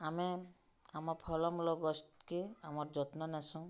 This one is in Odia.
ଆମେ ଆମର୍ ଫଳ ମୂଳ ଗଛ୍କେ ଆମର୍ ଯତ୍ନ ନେସୁଁ